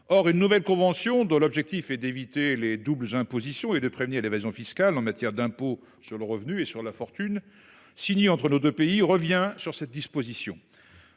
Or, une nouvelle convention de l'objectif est d'éviter les doubles impositions et de prévenir l'évasion fiscale en matière d'impôt sur le revenu et sur la fortune. Signé, entre nos deux pays revient sur cette disposition